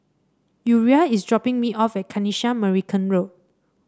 Uriah is dropping me off at Kanisha Marican Road